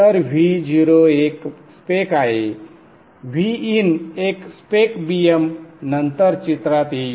तर Vo एक spec आहे Vin एक स्पेक Bm नंतर चित्रात येईल